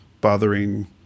bothering